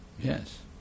Yes